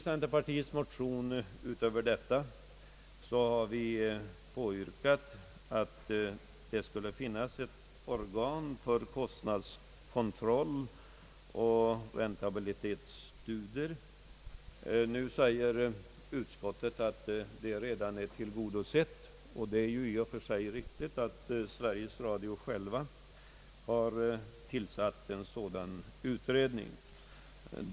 Utöver detta har vi i centerpartiets motion yrkat att det skulle finnas ett organ för kostnadskontroll och räntabilitetsstudier inom Sveriges Radio. Utskottet säger att motionärernas syfte redan blivit tillgodosett. Det är i och för sig riktigt att Sveriges Radio själv har tillsatt en sådan utredning.